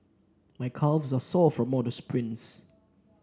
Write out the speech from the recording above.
my calves are sore from all the sprints